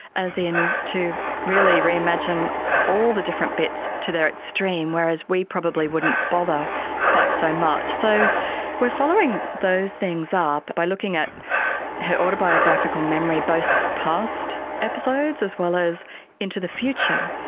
as in to really reimagine all the different bits to their extreme, whereas we probably wouldn't bother quite so much. so we are following those things up by looking at her autobiographical memory, both past episodes as well as into the future.